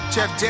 Jeff